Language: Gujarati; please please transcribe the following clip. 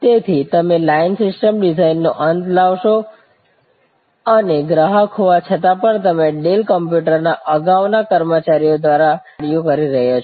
તેથી તમે લાઇન સિસ્ટમ ડિઝાઇનરનો અંત લાવશો અને ગ્રાહક હોવા છતાં પણ તમે ડેલ્સ કોમ્પ્યુટર ના અગાઉના કર્મચારીઓ દ્વારા કરવામાં આવેલ કેટલાક કાર્યો કરી રહ્યા છે